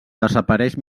desapareix